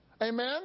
Amen